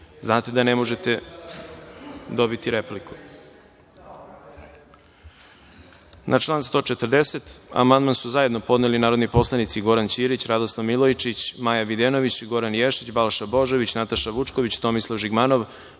znate da ne možete dobiti repliku. Na član 140 amandman su zajedno podneli narodni poslanici Goran Ćirić, Radoslav Milojičić, Maja Videnović, Goran Ješić, Balša Božović, Nataša Vučković, Tomislav Žigmanov,